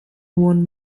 won